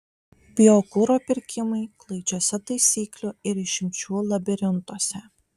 biokuro pirkimai klaidžiuose taisyklių ir išimčių labirintuose